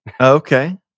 Okay